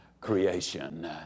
creation